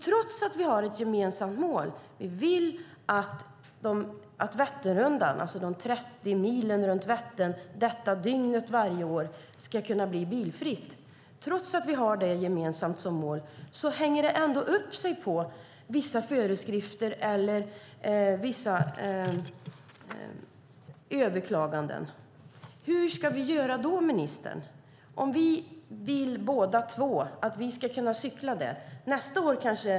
Trots vårt gemensamma mål att de 30 milen runt Vättern ska bli bilfria under ett dygn varje år hänger det ändå upp sig på vissa föreskrifter och överklaganden. Hur ska vi göra då, ministern? Vi vill båda kunna cykla Vätternrundan.